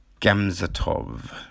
Gamzatov